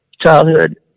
childhood